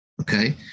Okay